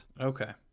Okay